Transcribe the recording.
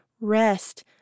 rest